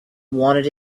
wanted